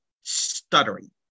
stuttering